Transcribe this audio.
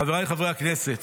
חבריי חברי הכנסת,